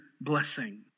blessing